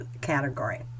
category